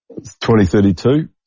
2032